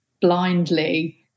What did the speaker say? blindly